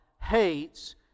hates